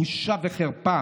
בושה וחרפה.